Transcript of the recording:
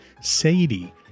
Sadie